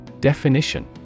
Definition